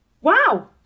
Wow